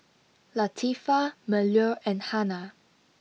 Latifa Melur and Hana